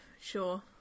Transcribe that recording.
Sure